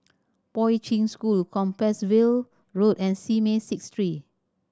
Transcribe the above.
Poi Ching School Compassvale Road and Simei Six Street